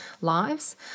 lives